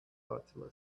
fatima